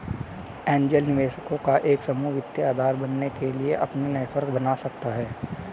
angel निवेशकों का एक समूह वित्तीय आधार बनने के लिए अपना नेटवर्क बना सकता हैं